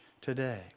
today